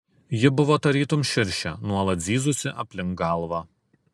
ji buvo tarytum širšė nuolat zyzusi aplink galvą